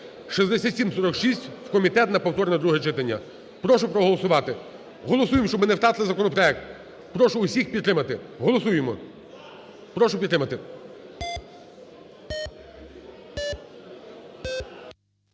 6746 у комітет на повторне друге читання. Прошу проголосувати. Голосуємо, щоб ми не втратили законопроект. Прошу всіх підтримати. Голосуємо, прошу підтримати.